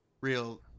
real